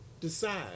decide